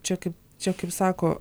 čia kaip čia kaip sako